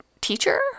teacher